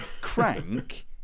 Crank